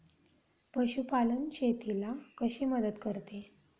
पशुपालन शेतीला कशी मदत करते?